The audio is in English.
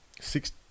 six